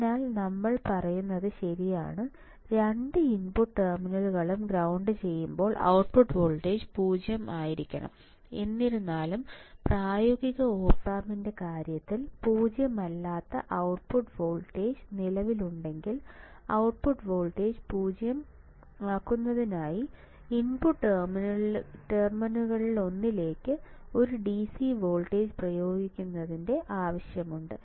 അതിനാൽ നമ്മൾ പറയുന്നത് ശരിയാണ് രണ്ട് ഇൻപുട്ട് ടെർമിനലുകളും ഗ്രൌണ്ട് ചെയ്യുമ്പോൾ ഔട്ട്പുട്ട് വോൾട്ടേജ് 0 ആയിരിക്കണം എന്നിരുന്നാലും പ്രായോഗിക ഒപ് ആമ്പിന്റെ കാര്യത്തിൽ പൂജ്യമല്ലാത്ത ഔട്ട്പുട്ട് വോൾട്ടേജ് നിലവിലുണ്ടെങ്കിൽ ഔട്ട്പുട്ട് വോൾട്ടേജ് 0 ആക്കുന്നതിനായി ഇൻപുട്ട് ടെർമിനലുകളിലൊന്നിലേക്ക് ഒരു DC വോൾട്ടേജ് പ്രയോഗിക്കുന്നതിന് ആവശ്യമുണ്ട്